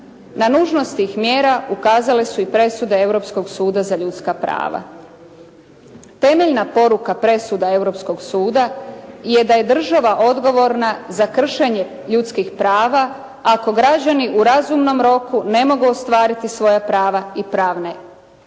Na nužnost tih mjera ukazale su i presude Europskog suda za ljudska prava. Temeljna poruka presuda Europskog suda je da je država odgovorna za kršenje ljudskih prava ako građani u razumnom roku ne mogu ostvariti svoja prava i pravne